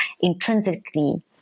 intrinsically